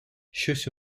щось